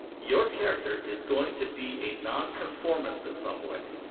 your character is going to be a nonconformist in some way,